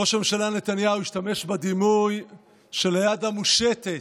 ראש הממשלה נתניהו השתמש בדימוי של היד המושטת,